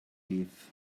cliff